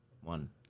one